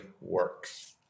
works